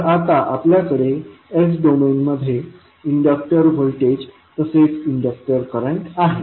तर आता आपल्याकडे s डोमेनमध्ये इंडक्टर व्होल्टेज तसेच इंडक्टर करंट आहे